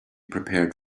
prepared